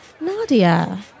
Nadia